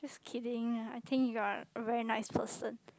kidding ah I think you are a very nice person